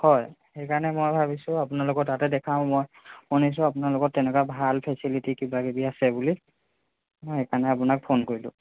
হয় সেইকাৰণে মই ভাবিছো আপোনালোকৰ তাতে দেখাওঁ মই শুনিছো আপোনালোকৰ তেনেকুৱা ভাল ফেচিলিটি কিবা কিবি আছে বুলি মই সেইকাৰণে আপোনাক ফোন কৰিলো